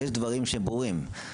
יש דברים שהם ברורים.